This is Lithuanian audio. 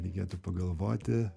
reikėtų pagalvoti